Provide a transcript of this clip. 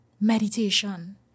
meditation